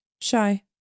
Shy